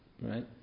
right